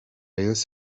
rayons